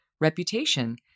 reputation